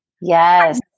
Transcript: yes